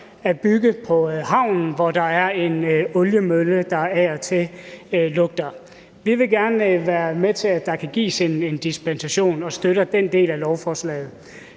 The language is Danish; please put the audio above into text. at bygge på havnen, hvor der er en oliemølle, der af og til lugter. Vi vil gerne være med til, at der kan gives en dispensation, og støtter den del af lovforslaget.